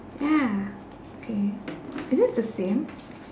ya okay is this the same